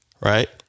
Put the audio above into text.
Right